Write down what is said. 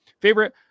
favorite